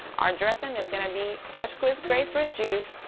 our dressing is going to be fresh squeezed grapefruit juice,